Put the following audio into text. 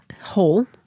Hole